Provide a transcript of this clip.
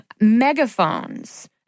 megaphones